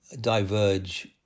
diverge